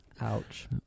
Ouch